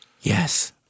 Yes